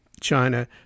China